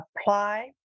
apply